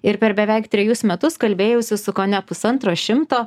ir per beveik trejus metus kalbėjausi su kone pusantro šimto